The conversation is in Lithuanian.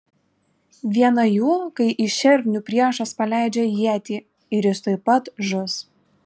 viena jų kai į šernių priešas paleidžia ietį ir jis tuoj pat žus